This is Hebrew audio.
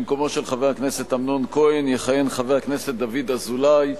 במקומו של חבר הכנסת אמנון כהן יכהן חבר הכנסת דוד אזולאי,